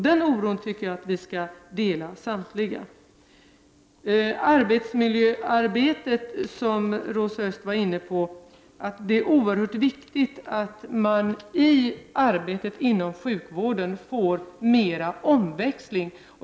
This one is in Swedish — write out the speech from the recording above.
Den oron tycker jag att vi samtliga skall dela. Arbetsmiljöarbetet var Rosa Östh inne på. Det är oerhört viktigt att man i arbetet inom sjukvården får mera omväxling.